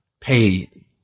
pay